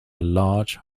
large